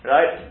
Right